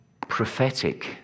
prophetic